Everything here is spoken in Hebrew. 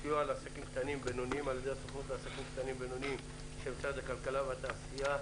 הסוכנות לעסקים קטנים ובינוניים במשרד הכלכלה והתעשייה